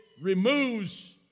removes